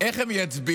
איך הם יצביעו?